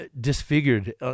disfigured